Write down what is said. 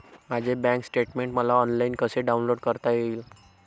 माझे bank statement मला online कसे डाउनलोड करता येईल?